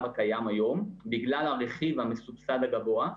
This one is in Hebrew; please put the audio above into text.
הקיים היום בגלל הרכיב המסובסד הגבוה,